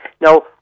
Now